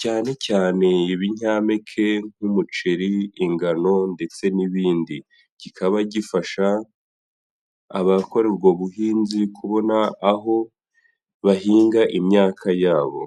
cyane cyane ibinyampeke nk'umuceri, ingano ndetse n'ibindi, kikaba gifasha abakora ubwo buhinzi kubona aho bahinga imyaka yabo.